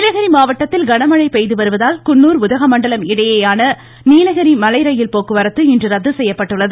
நீலகிரி மாவட்டத்தில் கனமழை பெய்து வருவதால் குன்னூர் உதகமண்டலம் இடையேயான நீலகிரி மலைரயில் போக்குவரத்து இன்று ரத்து செய்யப்பட்டுள்ளது